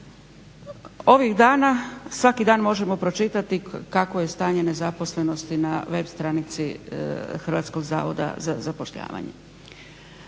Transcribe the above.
ovih dana svaki dan možemo pročitati kakvo je stanje nezaposlenosti na web stranici Hrvatskog zavoda za zapošljavanje.